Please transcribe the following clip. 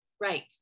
Right